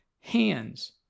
hands